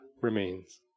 remains